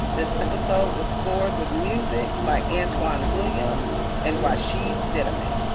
this episode was scored with music by antwan williams and rhashiyd zinnamon